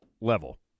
level